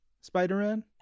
Spider-Man